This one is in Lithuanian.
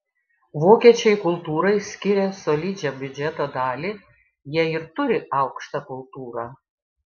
vokiečiai kultūrai skiria solidžią biudžeto dalį jie ir turi aukštą kultūrą